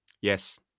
Yes